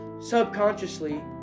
subconsciously